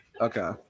Okay